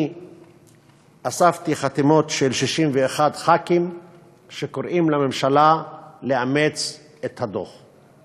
אני אספתי חתימות של 61 חברי כנסת שקוראים לממשלה לאמץ את הדוח,